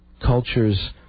cultures